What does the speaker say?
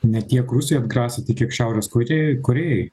ne tiek rusijai atgrasyti kiek šiaurės korė korėjai